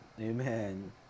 Amen